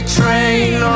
train